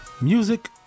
Music